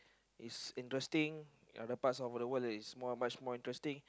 is interesting other parts of the world is more much more interesting